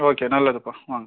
okay நல்லதுப்பா வாங்க